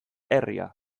herria